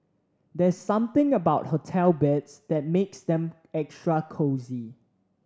there's something about hotel beds that makes them extra cosy